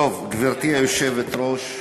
גברתי היושבת-ראש,